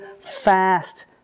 fast